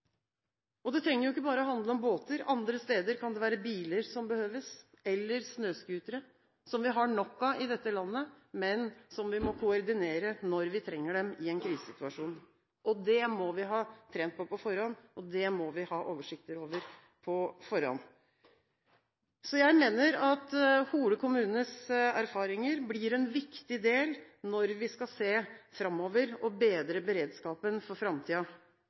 Det trenger jo ikke bare å handle om båter. Andre steder kan det være biler eller snøscootere som behøves, som vi har nok av i dette landet, men som vi må koordinere når vi trenger dem i en krisesituasjon. Det må vi ha trent på på forhånd, og det må vi ha oversikt over på forhånd. Jeg mener at Hole kommunes erfaringer blir viktige når vi skal se framover og bedre beredskapen for